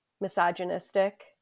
misogynistic